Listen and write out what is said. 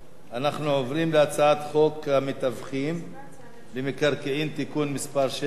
אנחנו עוברים להצעת חוק המתווכים במקרקעין (תיקון מס' 7),